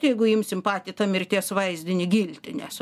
jeigu imsim patį tą mirties vaizdinį giltinės